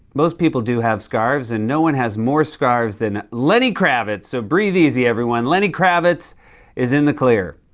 most people do have scarves and no one has more scarves than lenny kravitz. so breathe easy, everyone. lenny kravitz is in the clear.